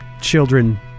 children